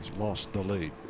lost the lead.